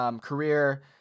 Career